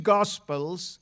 Gospels